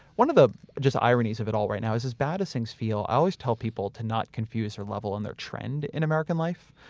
one of the just ironies of it all right now is as bad as things feel, i always tell people to not confuse their level and their trend in american life.